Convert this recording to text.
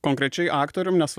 konkrečiai aktoriumi nes